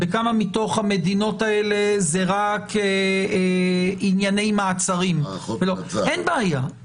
בכמה מתוך המדינות האלה זה רק ענייני מעצרים אין בעיה.